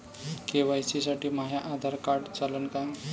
KYC साठी माह्य Aadhaar card चालन का?